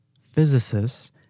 physicists